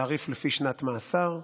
תעריף לפי שנת מאסר.